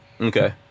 Okay